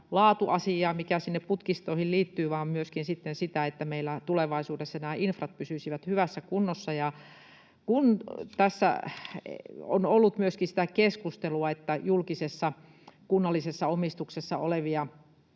laatuasiaa, mikä sinne putkistoihin liittyy, vaan myöskin sitten sitä, että meillä tulevaisuudessa nämä infrat pysyisivät hyvässä kunnossa. Kun tässä on ollut myöskin sitä keskustelua, että julkisessa, kunnallisessa omistuksessa olevia